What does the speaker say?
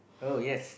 oh yes